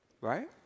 Right